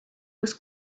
was